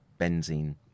benzene